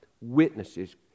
witnesses